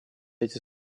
эти